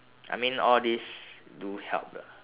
I mean all this do help lah